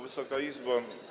Wysoka Izbo!